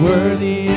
Worthy